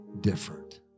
different